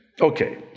Okay